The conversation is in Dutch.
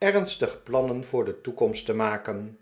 ernstig plannen voor de toekomst te maken